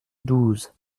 douze